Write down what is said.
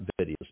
videos